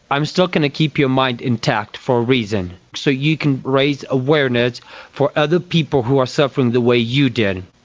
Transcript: i'm still going to keep your mind intact for a reason, so you can raise awareness for other people who are suffering the way you did.